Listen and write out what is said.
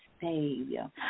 Savior